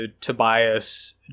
Tobias